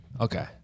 Okay